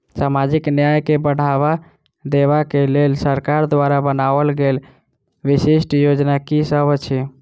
सामाजिक न्याय केँ बढ़ाबा देबा केँ लेल सरकार द्वारा बनावल गेल विशिष्ट योजना की सब अछि?